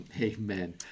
Amen